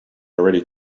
already